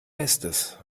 bestes